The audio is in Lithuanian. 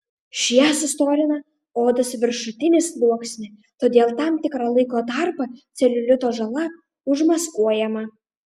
šie sustorina odos viršutinį sluoksnį todėl tam tikrą laiko tarpą celiulito žala užmaskuojama